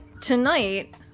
tonight